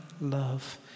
love